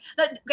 Okay